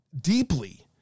deeply